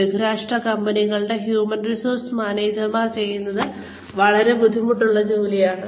ബഹുരാഷ്ട്ര കമ്പനികളുടെ human resource മാനേജർമാർ ചെയ്യുന്നത് വളരെ ബുദ്ധിമുട്ടുള്ള ഒരു ജോലിയാണ്